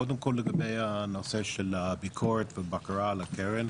קודם כל לגבי הנושא של הביקורת ובקרה על הקרן.